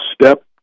step